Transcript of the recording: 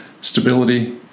stability